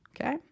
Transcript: Okay